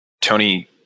tony